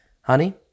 honey